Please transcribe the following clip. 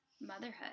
motherhood